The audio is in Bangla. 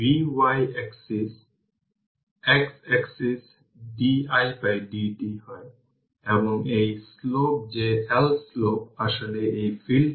সুতরাং এটি 20 e এর পাওয়ার t ভোল্ট